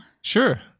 Sure